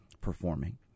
performing